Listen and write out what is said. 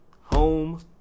home